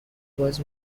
باز